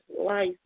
life